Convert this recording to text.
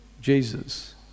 Jesus